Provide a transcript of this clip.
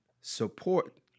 support